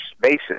basis